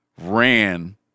ran